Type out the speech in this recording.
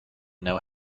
know